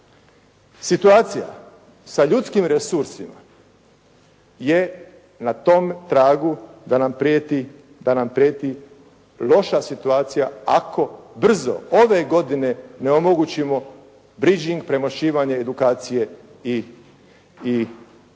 situacija sa ljudskim resursima je na tom tragu da nam prijeti loša situacija ako brzo ove godine ne omogućimo bridging, premošćivanje edukacije i daljnje